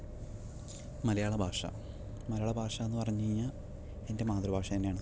മലയാള ഭാഷ മലയാള ഭാഷയെന്ന് പറഞ്ഞ് കഴിഞ്ഞാൽ എൻ്റെ മാതൃഭാഷ തന്നെയാണ്